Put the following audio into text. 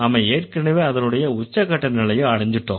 நாம ஏற்கனவே அதனுடைய உச்சகட்ட நிலைய அடைஞ்சுட்டோம்